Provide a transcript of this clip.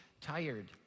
tired